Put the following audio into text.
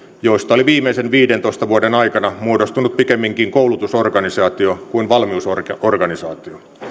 joista oli viimeisten viidentoista vuoden aikana muodostunut pikemminkin koulutusorganisaatio kuin valmiusorganisaatio